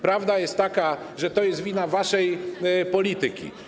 Prawda jest taka, że to jest wina waszej polityki.